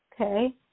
Okay